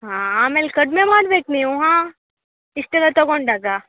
ಹಾಂ ಆಮೇಲೆ ಕಡಿಮೆ ಮಾಡ್ಬೇಕು ನೀವು ಹಾಂ ಇಷ್ಟೆಲ್ಲ ತೊಗೊಂಡಾಗ